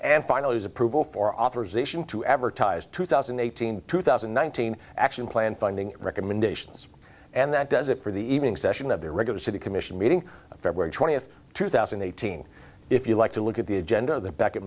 and final approval for authorization to advertise two thousand and eighteen two thousand and nineteen action plan funding recommendations and that does it for the evening session of the regular city commission meeting february twentieth two thousand and eighteen if you like to look at the agenda